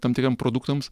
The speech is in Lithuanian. tam tikriem produktams